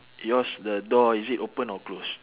yours the door is it open or close